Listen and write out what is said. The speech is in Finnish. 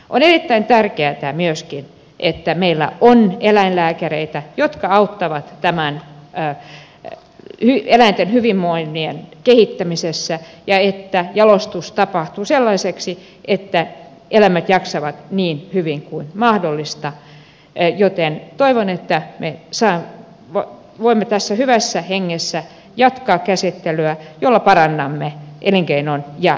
on erittäin tärkeätä myöskin että meillä on eläinlääkäreitä jotka auttavat tämän eläinten hyvinvoinnin kehittämisessä ja että jalostus tapahtuu niin että eläimet jaksavat niin hyvin kuin mahdollista joten toivon että me voimme tässä hyvässä hengessä jatkaa käsittelyä jolla parannamme elinkeinon ja eläinten olosuhteita